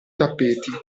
tappeti